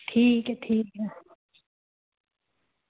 ठीक ऐ ठीक ऐ